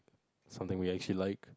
something we actually like